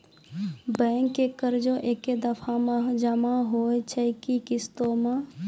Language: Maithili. बैंक के कर्जा ऐकै दफ़ा मे जमा होय छै कि किस्तो मे?